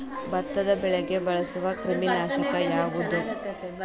ಭತ್ತದ ಬೆಳೆಗೆ ಬಳಸುವ ಕ್ರಿಮಿ ನಾಶಕ ಯಾವುದು?